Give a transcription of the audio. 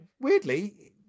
weirdly